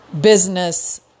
business